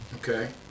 Okay